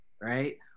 right